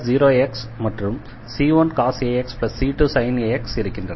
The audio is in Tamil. e0x மற்றும் c1 ax c2 ax இருக்கின்றன